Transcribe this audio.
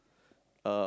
uh